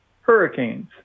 hurricanes